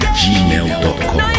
gmail.com